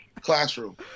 classroom